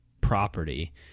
property